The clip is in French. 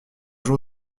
jour